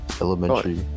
elementary